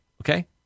okay